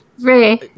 Ray